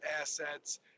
assets